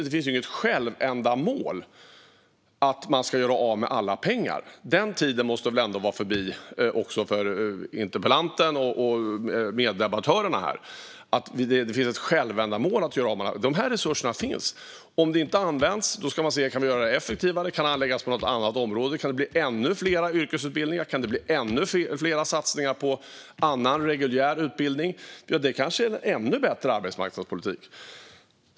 Det är ju inget självändamål att man ska göra av med alla pengar. Den tiden måste väl ändå vara förbi också för interpellanten och meddebattörerna här - att det finns ett självändamål att göra av med alla pengar. Dessa resurser finns. Om de inte används ska man se: Kan vi göra detta effektivare? Kan de användas på något annat område? Kan det bli ännu fler yrkesutbildningar? Kan det bli ännu fler satsningar på annan reguljär utbildning? Ja, det är kanske ännu bättre arbetsmarknadspolitik.